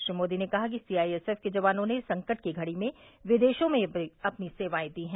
श्री मोदी ने कहा कि सीआईएसएफ के जवानों ने संकट की घड़ी में विदेशों में भी अपनी सेवाएं दी हैं